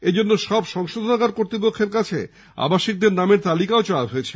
এইজন্যে সব সংশোধনাগার কর্তৃপক্ষের কাছে আবাসিকদের নামের তালিকা চাওয়া হয়েছে